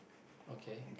okay